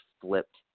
flipped